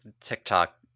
TikTok